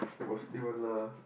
will stay one lah